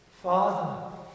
father